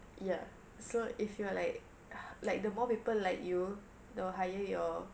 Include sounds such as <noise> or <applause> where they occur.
ya so if you are like <noise> like the more people like you the higher your